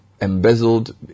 embezzled